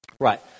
right